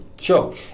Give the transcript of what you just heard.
Sure